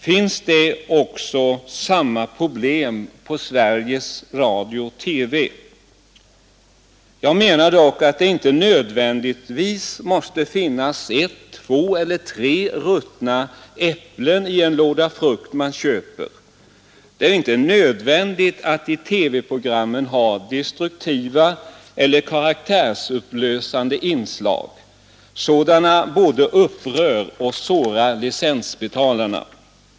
Finns det också samma problem på Sveriges Radio-TV? Jag menar dock att det inte nödvändigtvis måste finnas ett, två eller tre ruttna äpplen i den låda frukt man köper; det är inte nödvändigt att i TV-programmen ha destruktiva eller karaktärsupplösande inslag. Sådana både upprör och sårar licensbetalarna.